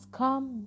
come